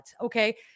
Okay